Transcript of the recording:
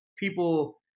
people